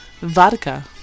vodka